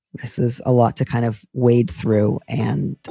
this is a lot to kind of wade through. and